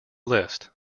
list